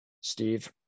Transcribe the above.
Steve